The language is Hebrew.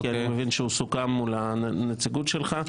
כי אני מבין שהוא סוכם מול הנציגות שלך.